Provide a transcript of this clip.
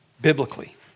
biblically